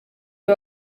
uyu